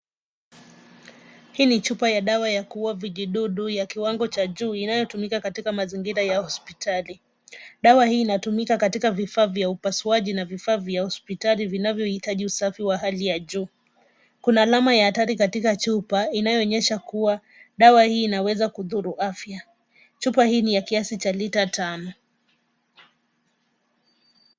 Hii ni chupa ya dawa ya kuua vijidudu ya kiwango cha juu inayotumika katika mazingira ya hospitali, dawa hii inatumika katika vifaa vya upasuaji na vifaa vya hospitali vinavyo hitaji usafi wa hali ya juu. Kuna alama ya hatari katika chupa, inayoonyesha kuwa dawa hii inaweza kudhuru afya. Chupa hii ni ya kiasi cha lita tano.